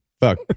Fuck